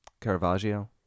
Caravaggio